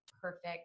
perfect